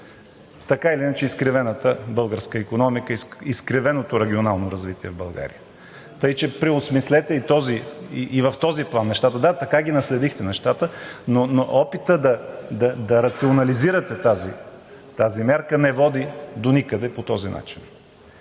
така или иначе изкривената българска икономика, изкривеното регионално развитие в България. Така че преосмислете нещата и в този план. Да, така ги наследихте нещата, но опитът да рационализирате тази мярка не води до никъде по този начин.